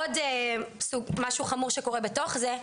עוד משהו חמור שקורה בתוך זה,